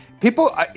people